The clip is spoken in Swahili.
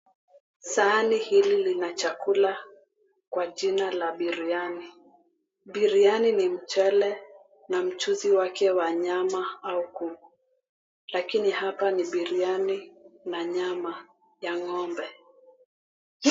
Sahani hili lina chakula kwa jina ya biriani. Biriani ni mchele na mchuzi wake wa nyama au kuku, lakini hapa ni biriani na nyama ya ng'ombe.